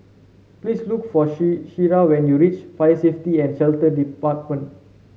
please look for Shira when you reach Fire Safety and Shelter Department